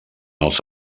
els